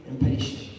impatient